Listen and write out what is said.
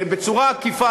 בצורה עקיפה,